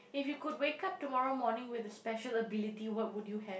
if you could wake up tomorrow morning with a special ability what would you have